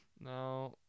now